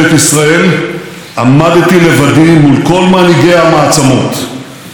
הסכם שהיה מאפשר לאיראן להשיג ארסנל גרעיני בתוך כמה שנים.